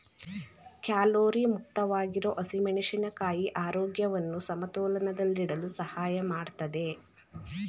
calorie ಮುಕ್ತವಾಗಿರೋ ಹಸಿಮೆಣಸಿನ ಕಾಯಿ ಆರೋಗ್ಯವನ್ನು ಸಮತೋಲನದಲ್ಲಿಡಲು ಸಹಾಯ ಮಾಡ್ತದೆ